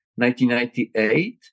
1998